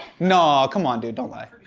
no, come on, dude. don't lie.